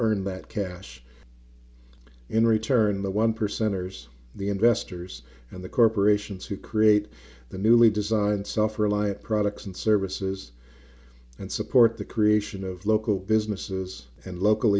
earn that cash in return the one percenters the investors and the corporations who create the newly designed suffer elia products and services and support the creation of local businesses and local